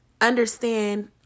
understand